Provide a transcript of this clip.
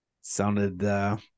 sounded